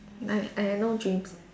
I I have no dreams